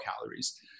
calories